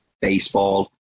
baseball